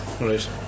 right